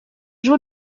joue